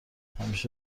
همیشه